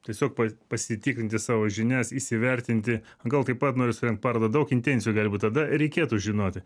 tiesiog pa pasitikrinti savo žinias įsivertinti gal taip pat noriu surengt parodą daug intencijų gali būt tada reikėtų žinoti